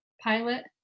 Pilot